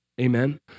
Amen